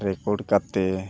record